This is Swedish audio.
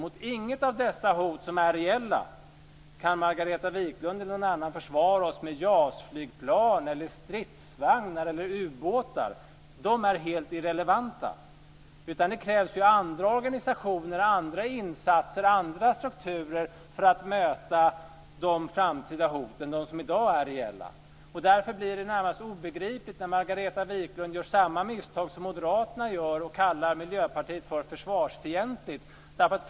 Mot inget av dessa hot, som är reella, kan Margareta Viklund eller någon annan försvara oss med JAS flygplan, stridsvagnar eller ubåtar. De är helt irrelevanta. Det krävs andra organisationer, andra insatser och andra strukturer för att möta de framtida hoten, de som är reella i dag. Därför blir det närmast obegripligt när Margareta Viklund gör samma misstag som Moderaterna och kallar Miljöpartiet försvarsfientligt.